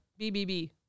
BBB